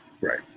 right